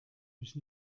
mich